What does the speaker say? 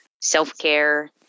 self-care